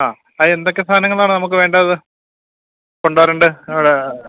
ആ അതെന്തൊക്കെ സാധനങ്ങളാണ് നമുക്ക് വേണ്ടത് കൊണ്ടുവരേണ്ടത് അവിടേ